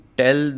tell